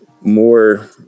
more